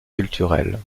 culturelles